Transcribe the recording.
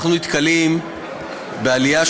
אנחנו נתקלים בעלייה של,